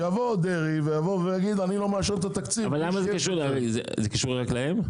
שיבוא דרעי ויגיד שהוא לא מאשר את התקציב --- אבל זה קשור רק להם?